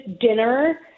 dinner